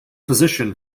physician